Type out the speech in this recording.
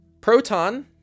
Proton